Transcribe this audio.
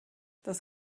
das